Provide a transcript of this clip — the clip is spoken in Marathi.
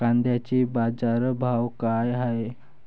कांद्याचे बाजार भाव का हाये?